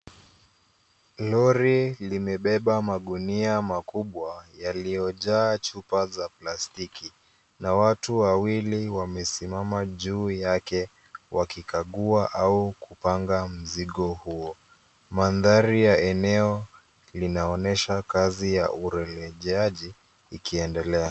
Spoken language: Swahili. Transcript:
Lori limebeba magunia makubwa yaliyojaa chupa za plastiki na watu wawili wamesimama juu yake wakikagua au kupanga mzigo huo. Mandhari ya eneo linaonyesha kazi ya urejeleaji ikiendelea.